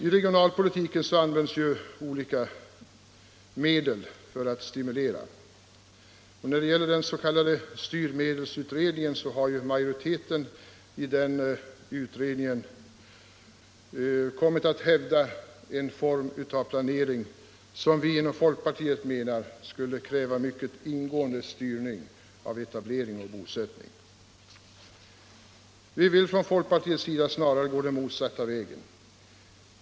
I regionalpolitiken används olika medel för att stimulera. Majoriteten i den s.k. styrmedelsutredningen har kommit att hävda en form av planering som vi inom folkpartiet menar skulle kräva mycket ingående styrning av etablering och bosättning. Vi vill från folkpartiets sida snarare gå den motsatta vägen.